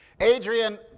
Adrian